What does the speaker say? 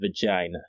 vagina